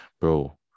bro